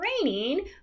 training